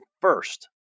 first